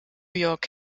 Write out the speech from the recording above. york